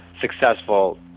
successful